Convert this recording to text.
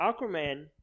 Aquaman